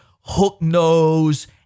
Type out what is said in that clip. hook-nose